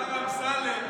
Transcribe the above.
השר אמסלם,